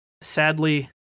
sadly